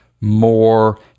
more